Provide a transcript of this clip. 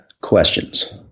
questions